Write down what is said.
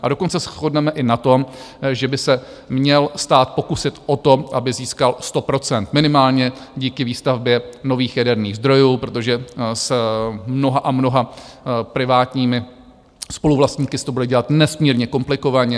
A dokonce shodneme i na tom, že by se měl stát pokusit o to, aby získal 100 %, minimálně díky výstavbě nových jaderných zdrojů, protože s mnoha a mnoha privátními spoluvlastníky se to bude dělat nesmírně komplikovaně.